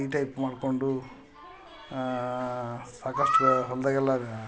ಈ ಟೈಪ್ ಮಾಡಿಕೊಂಡು ಸಾಕಷ್ಟು ಗ ಹೊಲದಾಗೆಲ್ಲ